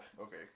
okay